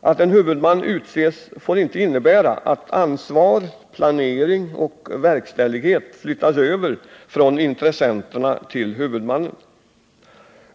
Att en huvudman utses får inte innebära att ansvar, planering och verkställighet flyttas över från intressenterna till huvudmannen.